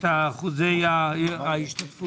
את אחוזי ההשתתפות?